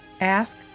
Ask